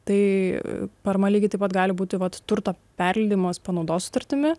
tai parama lygiai taip pat gali būti vat turto perleidimo panaudos sutartimi